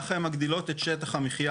ויוצאת למחילה